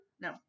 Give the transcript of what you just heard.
no